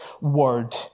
word